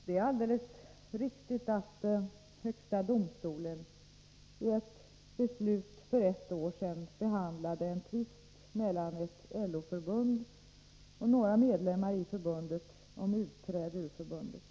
Det är alldeles riktigt att högsta domstolen i ett beslut för ett år sedan behandlade en tvist mellan ett LO-förbund och några av dess medlemmar om utträde ur förbundet.